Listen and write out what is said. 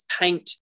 paint